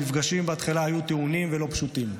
המפגשים בהתחלה היו טעונים ולא פשוטים.